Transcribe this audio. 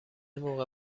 موقع